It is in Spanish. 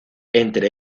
entre